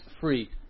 free